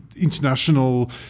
international